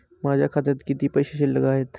माझ्या खात्यात किती पैसे शिल्लक आहेत?